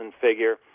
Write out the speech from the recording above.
figure